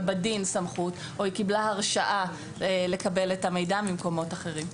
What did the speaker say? בדין סמכות או היא קיבלה הרשאה לקבל את המידע ממקומות אחרים.